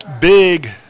big